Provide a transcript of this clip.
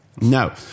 No